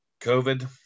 COVID